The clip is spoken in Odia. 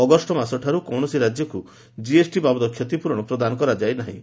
ଅଗଷ୍ଟମାସଠାରୁ କୌଣସି ରାଜ୍ୟକୁ ଜିଏସଟି ବାବଦ କ୍ଷତିପୂରଣ ପ୍ରଦାନ କରାଯାଇ ନାହିଁ